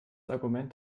argument